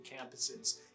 campuses